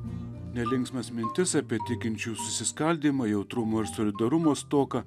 nelinksmas mintis apie tikinčiųjų susiskaldymą jautrumo ir solidarumo stoką